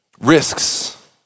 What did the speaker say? risks